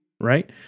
right